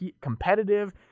competitive